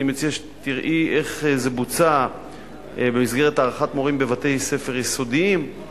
אני מציע שתראי איך זה בוצע במסגרת הערכת מורים בבתי-ספר יסודיים,